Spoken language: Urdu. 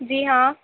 جی ہاں